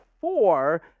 four